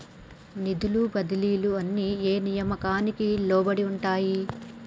నిధుల బదిలీలు అన్ని ఏ నియామకానికి లోబడి ఉంటాయి?